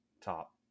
top